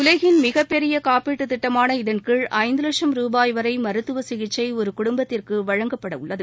உலகின் மிகப்பெரிய காப்பீட்டுத் திட்டமான இதன் கீழ் ஐந்து லட்சம் ரூபாய் வரை மருத்தவ சிகிச்சை ஒரு குடும்பத்திற்கு வழங்கப்பட உள்ளது